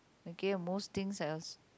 okay the most things else